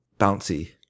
Bouncy